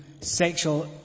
sexual